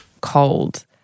cold